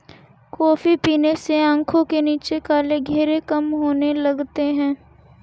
coffee पीने से आंखों के नीचे काले घेरे कम होने लगते हैं